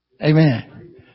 Amen